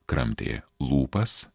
kramtė lūpas